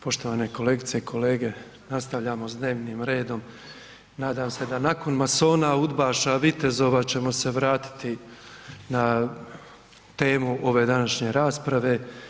Poštovane kolegice i kolege, nastavljamo s dnevnim redom, nadam se da nakon masona, udbaša, vitezova ćemo se vratiti na temu ove današnje rasprave.